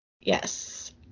Yes